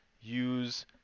use